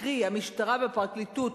קרי המשטרה והפרקליטות,